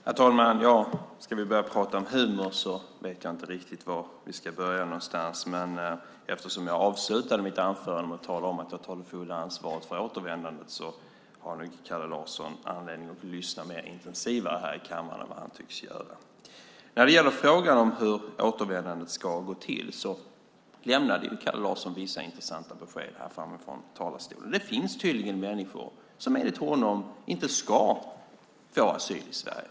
Herr talman! Ska vi börja tala om humor vet jag inte riktigt var vi ska börja någonstans. Eftersom jag avslutade mitt tidigare anförande med att tala om att jag tar det fulla ansvaret för återvändandet har nog Kalle Larsson anledning att lyssna mer intensivt här i kammaren än vad han tycks göra. När det gäller frågan om hur återvändandet ska gå till lämnade Kalle Larsson vissa intressanta besked här från talarstolen. Det finns tydligen människor som enligt honom inte ska få asyl i Sverige.